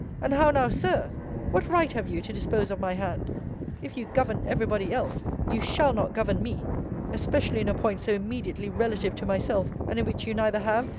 and how now, sir what right have you to dispose of my hand if you govern every body else, you shall not govern me especially in a point so immediately relative to myself, and in which you neither have,